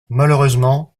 malheureusement